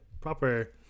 proper